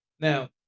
Now